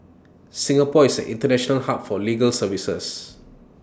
Singapore is an International hub for legal services